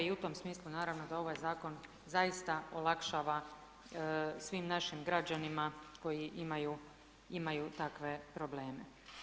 I u tom smislu naravno da ovaj zakon zaista olakšava svim našim građanima koji imaju takve probleme.